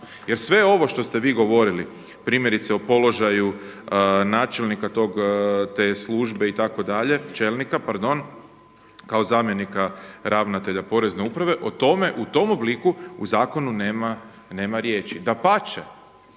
Jer sve ovo što ste vi govorili, primjerice o položaju načelnika te službe itd., čelnika, pardon, kao zamjenika ravnatelja porezne uprave, o tome u tom obliku u zakonu nema riječi. Dapače,